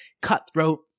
cutthroat